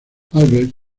albert